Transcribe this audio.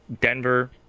Denver